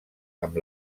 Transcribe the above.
amb